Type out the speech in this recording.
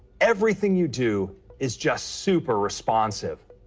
everything you do is just super responsive.